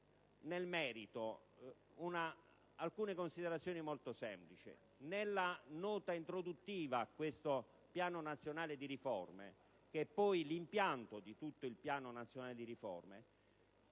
nel merito, alcune considerazioni molto semplici. Nella nota introduttiva a questo Programma nazionale di riforma (che è poi l'impianto di tutto il Programma) si scrive